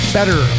Better